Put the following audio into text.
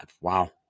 wow